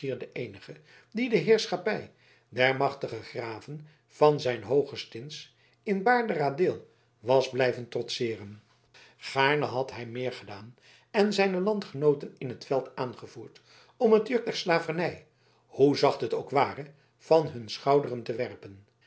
de eenige die de heerschappij des machtigen graven van zijn hooge stins in baarderadeel was blijven trotseeren gaarne had hij meer gedaan en zijne landgenooten in t veld aangevoerd om het juk der slavernij hoe zacht het ook ware van hun schouderen te werpen